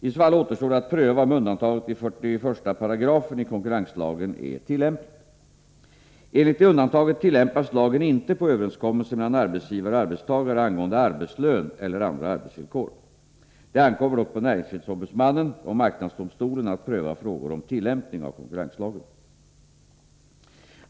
I så fall återstår det att pröva om undantaget i 41 § konkurrenslagen är tillämpligt. Enligt det undantaget tillämpas lagen inte på överenskommelser mellan arbetsgivare och arbetstagare angående arbetslön eller andra arbetsvillkor. Det ankommer dock på näringsfrihetsombudsmannen och marknadsdomstolen att pröva frågor om tillämpning av konkurrenslagen.